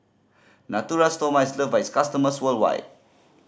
Natura Stoma is loved by its customers worldwide